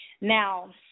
Now